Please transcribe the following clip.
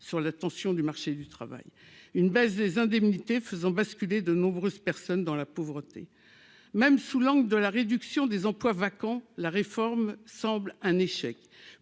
sur la tension du marché du travail une baisse des indemnités, faisant basculer, de nombreuses personnes dans la pauvreté, même sous l'angle de la réduction des emplois vacants, la réforme semble un échec